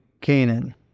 Canaan